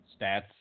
Stats